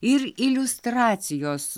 ir iliustracijos